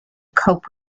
cope